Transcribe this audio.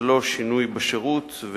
ללא שינוי בשירות.